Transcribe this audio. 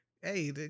Hey